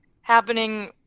happening